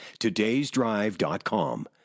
todaysdrive.com